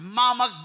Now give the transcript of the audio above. mama